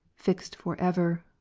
fixed for ever,